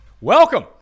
Welcome